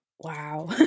Wow